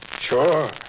Sure